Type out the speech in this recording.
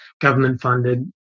government-funded